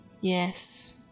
Yes